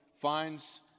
finds